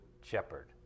shepherd